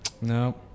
No